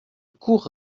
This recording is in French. cours